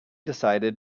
decided